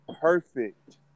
perfect